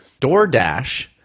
DoorDash